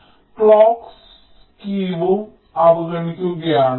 ഞങ്ങൾ ക്ലോക്ക് സ്കീവും അവഗണിക്കുകയാണ്